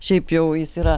šiaip jau jis yra